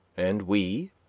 and we,